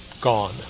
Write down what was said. gone